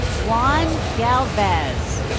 juan galvez.